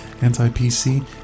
anti-PC